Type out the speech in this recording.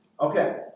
Okay